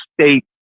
state